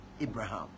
abraham